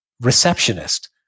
receptionist